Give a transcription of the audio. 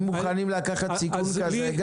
אם מוכנים לקחת סיכון כזה.